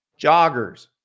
joggers